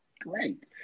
Great